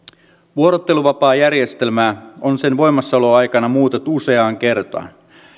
vuorotteluvapaajärjestelmää on sen voimassaoloaikana muutettu useaan kertaan